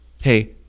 hey